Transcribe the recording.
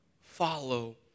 follow